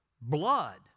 blood